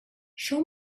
show